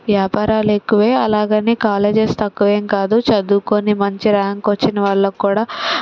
వ్యాపారాలు ఎక్కువే అలాగని కాలేజెస్ తక్కువేం కాదు చదువుకుని మంచి ర్యాంక్ వచ్చిన వాళ్ళకి కూడా